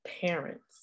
parents